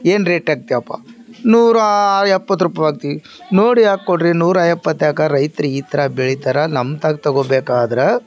ಏನು ರೆಟ್ ಹಾಕ್ತಿಯಪ್ಪ ನೂರಾ ಎಪ್ಪತ್ತು ರೂಪಾಯ್ ಹಾಕ್ತೀವಿ ನೋಡಿ ಹಾಕ್ಕೊಡ್ರಿ ನೂರಾ ಎಪ್ಪತ್ತು ಯಾಕೆ ರೈತ್ರು ಈ ಥರ ಬೆಳಿತಾರೆ ನಮ್ತಾಗೆ ತಗೋಬೇಕಾದ್ರೆ